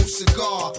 cigar